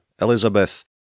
Elizabeth